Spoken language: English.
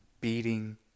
beating